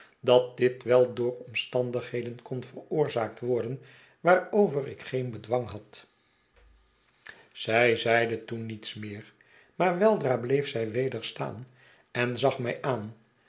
dat dit wel door omstandigheden kon veroorzaakt worden waarover ik geen bedwang had zij zeide toen niets meer maar weldra bleef zij weder staan en zag mij aan